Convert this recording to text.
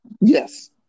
yes